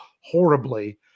horribly